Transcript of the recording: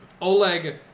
Oleg